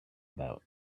about